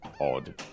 odd